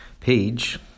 page